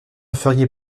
feriez